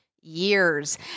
years